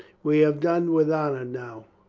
we have done with honor now.